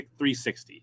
360